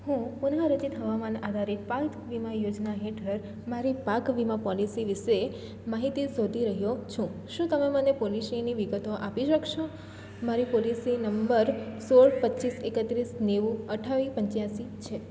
હું પુનઃરચિત હવામાન આધારિત પાક વીમા યોજના હેઠળ મારી પાક વીમા પોલિસી વિશે માહિતી શોધી રહ્યો છું શું તમે મને પોલિસીની વિગતો આપી શકશો મારી પોલિસી નંબર સોળ પચ્ચીસ એકત્રીસ નેવું અઠ્ઠાવીસ પંચ્યાસી છે